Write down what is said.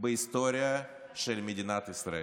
בהיסטוריה של מדינת ישראל.